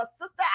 sister